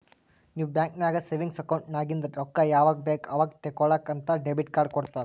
ನೀವ್ ಬ್ಯಾಂಕ್ ನಾಗ್ savings account ನಾಗಿಂದ್ ರೊಕ್ಕಾ ಯಾವಾಗ್ ಬೇಕ್ ಅವಾಗ್ ತೇಕೊಳಾಕ್ ಅಂತ್ ಡೆಬಿಟ್ ಕಾರ್ಡ್ ಕೊಡ್ತಾರ